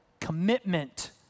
commitment